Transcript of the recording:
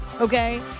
okay